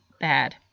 bad